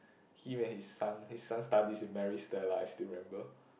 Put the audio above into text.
him and his son his son studies in Maris-Stella I still remember